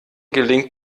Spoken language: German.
gelingt